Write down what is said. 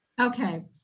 Okay